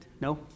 no